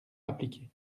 appliqué